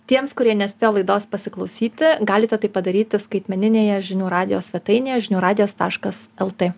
tiems kurie nespėjo laidos pasiklausyti galite tai padaryti skaitmeninėje žinių radijo svetainėje žinių radijas taškas lt